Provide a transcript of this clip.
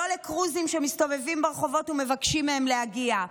לא לכרוזים שמסתובבים ברחובות ומבקשים מהם להגיע.